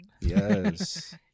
Yes